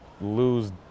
lose